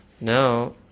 Now